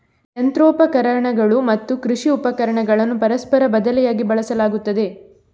ಯಂತ್ರೋಪಕರಣಗಳು ಮತ್ತು ಕೃಷಿ ಉಪಕರಣಗಳನ್ನು ಪರಸ್ಪರ ಬದಲಿಯಾಗಿ ಬಳಸಲಾಗುತ್ತದೆ